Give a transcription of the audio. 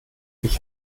ich